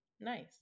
Nice